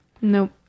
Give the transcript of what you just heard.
Nope